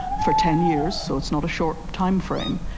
for ten years, so it's not a short timeframe,